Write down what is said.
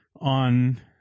on